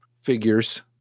figures